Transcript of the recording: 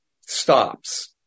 stops